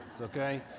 okay